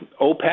OPEC